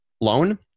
loan